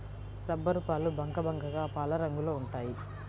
రబ్బరుపాలు బంకబంకగా పాలరంగులో ఉంటాయి